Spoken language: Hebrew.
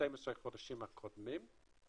ל-12 החודשים הקודמים.